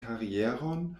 karieron